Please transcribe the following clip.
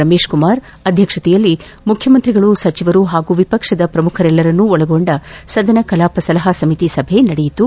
ರಮೇಶಕುಮಾರ ಅಧ್ಯಕ್ಷತೆಯಲ್ಲಿ ಮುಖ್ಯಮಂತ್ರಿಗಳು ಸಚಿವರು ಹಾಗೂ ವಿಪಕ್ಷದ ಪ್ರಮುಖರೆಲ್ಲರನ್ನು ಒಳಗೊಂಡ ಸದನ ಕಲಾಪ ಸಲಹಾ ಸಮಿತಿ ಸಭೆ ನಡೆಯಿತು